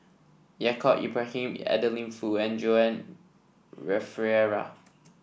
Yaacob Ibrahim Adeline Foo and Joan